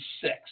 six